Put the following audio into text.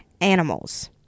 animals